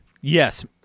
yes